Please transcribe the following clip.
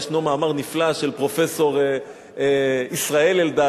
יש מאמר נפלא של פרופסור ישראל אלדד,